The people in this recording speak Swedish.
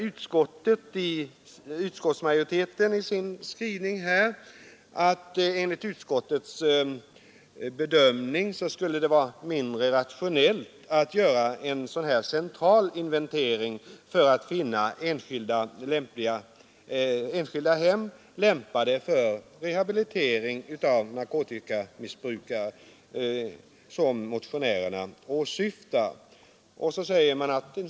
Utskottsmajoriteten framhåller i sin skrivning: ”Enligt utskottets bedömning skulle det vara mindre rationellt att göra en sådan central inventering för att finna enskilda hem lämpade för rehabilitering av narkotikamissbrukare som motionärerna åsyftar.